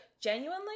Genuinely